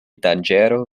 danĝero